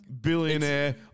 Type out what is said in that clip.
billionaire